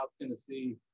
Tennessee